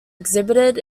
exhibited